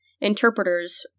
interpreters